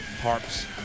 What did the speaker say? Harps